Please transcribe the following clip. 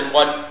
one